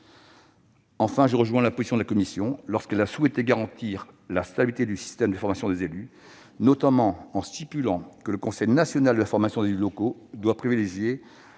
Enfin, je rejoins la position de la commission lorsque celle-ci a souhaité garantir la stabilité du système de formation des élus, notamment en stipulant que le Conseil national de la formation des élus locaux doit privilégier,